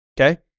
okay